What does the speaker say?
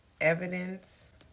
evidence